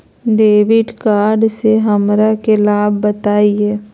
Debit card से हमरा के लाभ बताइए?